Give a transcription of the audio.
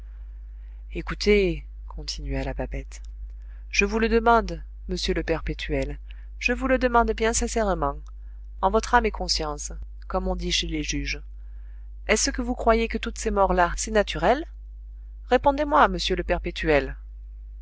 écoutez continua la babette je vous le demande monsieur le perpétuel je vous le demande bien sincèrement en votre âme et conscience comme on dit chez les juges est-ce que vous croyez que toutes ces morts là c'est naturel répondez-moi monsieur le perpétuel